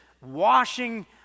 washing